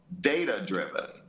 data-driven